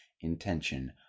intention